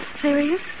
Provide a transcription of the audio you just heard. Serious